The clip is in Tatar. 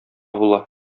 була